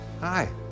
hi